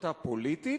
החלטה פוליטית,